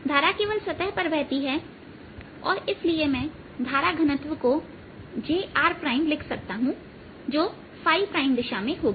धारा केवल सतह पर बहती है और इसलिए मैं धारा घनत्व को j rलिख सकता हूं जो प्राइम दिशा में होगी